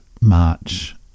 March